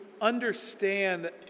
understand